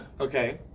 Okay